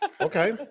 Okay